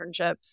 internships